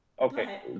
okay